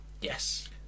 Yes